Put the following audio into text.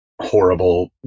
horrible